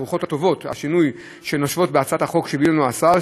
הטובות של השינוי שנושבות מהצעת החוק שהביא לנו השר,